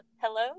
hello